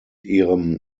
ihrem